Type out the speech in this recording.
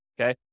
okay